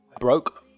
Broke